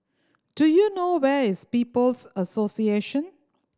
do you know where is People's Association